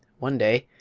one day,